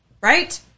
Right